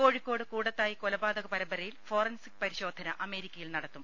കോഴിക്കോട് കൂടത്തായി കൊലപാതക പരമ്പരയിൽ ഫോറൻസിക് പരിശോധന അമേരിക്കയിൽ നടത്തും